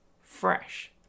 fresh